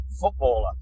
footballer